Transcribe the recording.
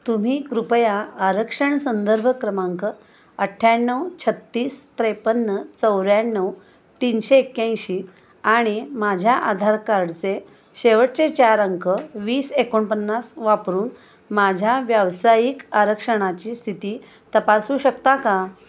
तुम्ही कृपया आरक्षण संदर्भ क्रमांक अठ्ठ्याण्णव छत्तीस त्रेपन्न चौऱ्याण्णव तीनशे एक्याऐंशी आणि माझ्या आधार कार्डचे शेवटचे चार अंक वीस एकोणपन्नास वापरून माझ्या व्यावसायिक आरक्षणाची स्थिती तपासू शकता का